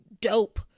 dope